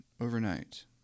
overnight